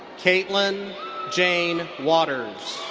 katelynn jane waters.